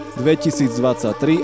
2023